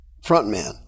frontman